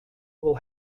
will